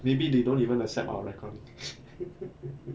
maybe they don't even accept our recording